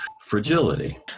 fragility